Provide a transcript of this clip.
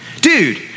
dude